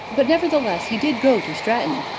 but nevertheless he did go to stratton.